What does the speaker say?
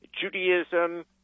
Judaism